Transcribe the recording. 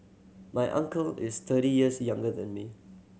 my uncle is thirty years younger than me